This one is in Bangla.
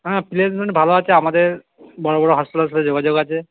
হ্যাঁ প্লেসমেন্ট ভালো আছে আমাদের বড়ো বড়ো হাসপাতালের সাথে যোগাযোগ আছে